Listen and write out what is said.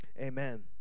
Amen